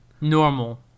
Normal